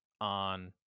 on